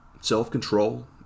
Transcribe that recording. Self-control